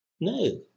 No